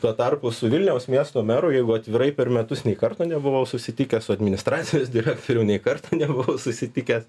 tuo tarpu su vilniaus miesto meru jeigu atvirai per metus nei karto nebuvau susitikęs su administracijos direktoriu nė karto nebuvau susitikęs